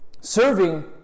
Serving